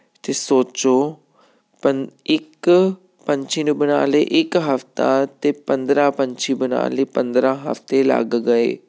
ਅਤੇ ਸੋਚੋ ਪੰ ਇੱਕ ਪੰਛੀ ਨੂੰ ਬਣਾਉਣ ਲਈ ਇੱਕ ਹਫਤਾ ਅਤੇ ਪੰਦਰਾਂ ਪੰਛੀ ਬਣਾਉਣ ਲਈ ਪੰਦਰਾਂ ਹਫਤੇ ਲੱਗ ਗਏ